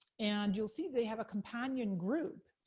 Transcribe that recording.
and, you'll see, they have a companion group,